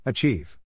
Achieve